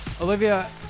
Olivia